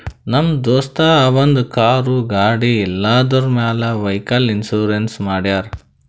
ನಮ್ ದೋಸ್ತ ಅವಂದ್ ಕಾರ್, ಗಾಡಿ ಎಲ್ಲದುರ್ ಮ್ಯಾಲ್ ವೈಕಲ್ ಇನ್ಸೂರೆನ್ಸ್ ಮಾಡ್ಯಾರ್